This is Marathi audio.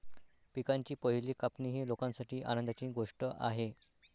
पिकांची पहिली कापणी ही लोकांसाठी आनंदाची गोष्ट आहे